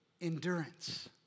endurance